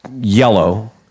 yellow